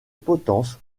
potence